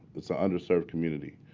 it's an under served community.